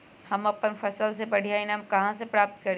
हम अपन फसल से बढ़िया ईनाम कहाँ से प्राप्त करी?